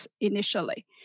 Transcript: initially